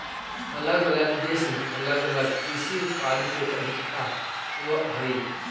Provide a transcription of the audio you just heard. अलग अलग देश में अलग अलग कृषि उत्पाद के अधिकता होवऽ हई